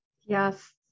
Yes